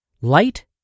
Light